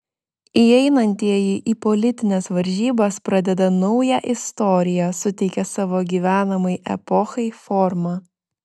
įeinantieji į politines varžybas pradeda naują istoriją suteikia savo gyvenamai epochai formą